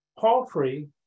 Palfrey